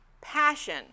passion